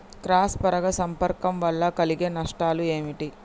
Cross పరాగ సంపర్కం వల్ల కలిగే నష్టాలు ఏమిటి?